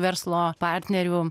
verslo partnerių